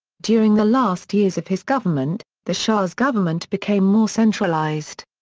during the last years of his government, the shah's government became more centralized.